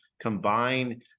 combine